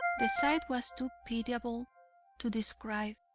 the sight was too pitiable to describe.